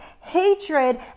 Hatred